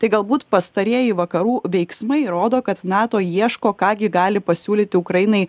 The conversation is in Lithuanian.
tai galbūt pastarieji vakarų veiksmai rodo kad nato ieško ką gi gali pasiūlyti ukrainai